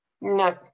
no